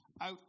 out